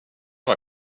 vad